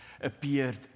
appeared